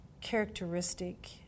characteristic